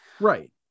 Right